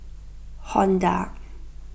Honda